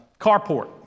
carport